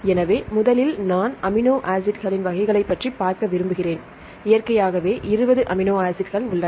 எனவே முதலில் நான் அமினோ ஆசிட்களின் வகைகளைப் பற்றி பார்க்க விரும்புகிறேன் இயற்கையாகவே 20 அமினோ ஆசிட்கள் உள்ளன